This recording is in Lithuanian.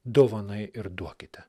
dovanai ir duokite